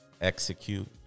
Execute